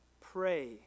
Pray